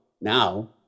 Now